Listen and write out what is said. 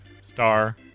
star